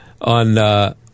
on